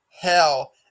hell